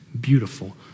beautiful